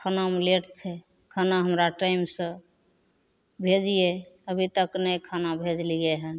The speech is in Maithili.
खानामे लेट छै खाना हमरा टाइमसे भेजिए अभी तक नहि खाना भेजलिए हँ